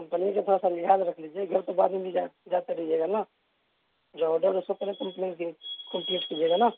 company کے تھوڑا سا لحاظ رکھ لیجیے گھر تو بعد میں جاتا رہیے گا نا جو آرڈر ہے اسے پہلے کمپلیٹ کیجیے گا نا